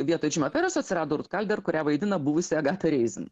vietoj džimio pereso atsirado rūt kalder kurią vaidina buvusi agata reizin